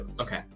Okay